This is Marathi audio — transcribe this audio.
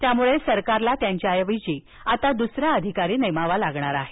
त्यामुळे सरकारला त्यांच्याऐवजी दुसरा अधिकारी नेमावा लागणार आहे